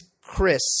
Chris –